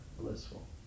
blissful